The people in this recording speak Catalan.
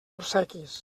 obsequis